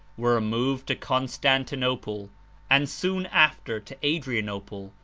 were removed to constantinople and soon after to adrianople,